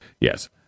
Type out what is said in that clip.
Yes